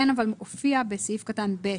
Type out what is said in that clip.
זה כן הופיע בסעיף קטן (ב),